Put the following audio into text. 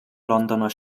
londoner